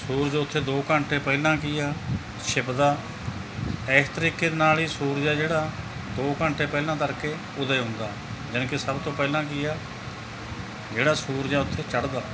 ਸੂਰਜ ਉੱਥੇ ਦੋ ਘੰਟੇ ਪਹਿਲਾਂ ਕੀ ਆ ਛਿਪਦਾ ਇਸ ਤਰੀਕੇ ਦੇ ਨਾਲ ਹੀ ਸੂਰਜ ਆ ਜਿਹੜਾ ਦੋ ਘੰਟੇ ਪਹਿਲਾਂ ਤੜਕੇ ਉਦੇ ਹੁੰਦਾ ਯਾਨੀ ਕਿ ਸਭ ਤੋਂ ਪਹਿਲਾਂ ਕੀ ਆ ਜਿਹੜਾ ਸੂਰਜ ਆ ਉੱਥੇ ਚੜ੍ਹਦਾ